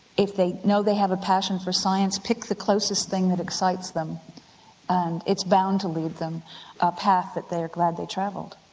if they know they have a passion for science, pick the closest thing that excites them and it's bound to lead them a path that they're glad they travelled.